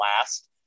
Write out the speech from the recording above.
last